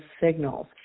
signals